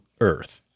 Earth